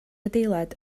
adeilad